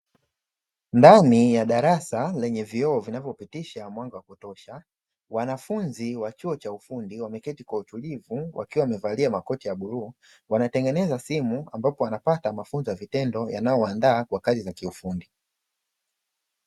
Ndani ya darasa lenye vioo vinavopitisha mwanga wa kutosha wanafunzi wa chuo cha ufundi wameketi kwa utulivu wakiwa wamevalia makoti ya bluu, wanatengeneza simu ambapo wanapata mafunzo ya vitendo yanaowandaa kwa kazi za kiufundi.